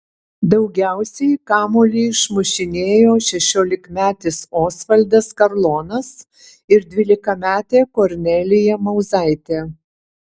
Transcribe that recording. daugiausiai kamuolį išmušinėjo šešiolikmetis osvaldas karlonas ir dvylikametė kornelija mauzaitė